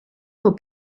for